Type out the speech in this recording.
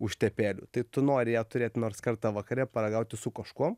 užtepėlių tai tu nori ją turėt nors kartą vakare paragauti su kažkuom